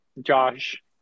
Josh